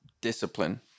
discipline